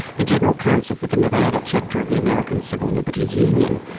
the general counsel for the nevada chapter of the american civil liberties union,